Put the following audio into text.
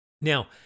Now